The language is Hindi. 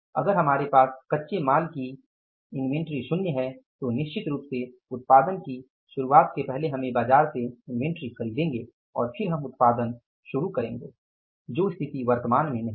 अगर हमारे पास कच्चे माल की इन्वेंटर शून्य है तो निश्चित रूप से उत्पादन की शुरुआत के लिए हम पहले बाजार से इन्वेंट्री खरीदेंगे और फिर हम उत्पादन शुरू करेंगे जो स्थिति वर्तमान में नहीं है